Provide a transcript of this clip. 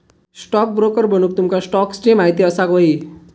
stockbroker बनूक तुमका स्टॉक्सची महिती असाक व्हयी